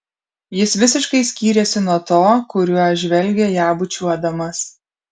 jis visiškai skyrėsi nuo to kuriuo žvelgė ją bučiuodamas